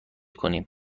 کنیم